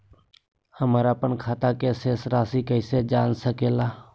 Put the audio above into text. हमर अपन खाता के शेष रासि कैसे जान सके ला?